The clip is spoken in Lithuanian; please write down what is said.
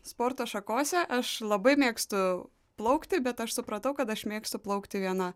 sporto šakose aš labai mėgstu plaukti bet aš supratau kad aš mėgstu plaukti viena